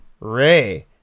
Ray